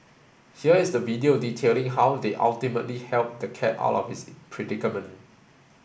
here is the video detailing how they ultimately helped the cat out of its predicament